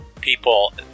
People